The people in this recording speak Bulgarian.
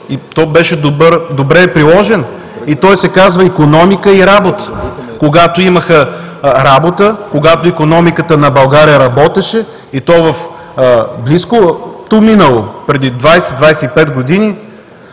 и беше добре приложен. Той се казва икономика и работа. Когато имаха работа, когато икономиката на България работеше, и то в близкото минало преди 20 – 25 години,